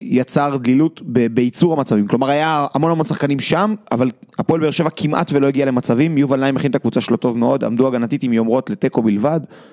יצר דלילות בייצור המצבים כלומר היה המון המון שחקנים שם, אבל הפועל באר-שבע כמעט ולא הגיעה למצבים. יובל נעים הכין את הקבוצה שלו טוב מאוד, עמדו הגנתית עם יומרות לתיקו בלבד.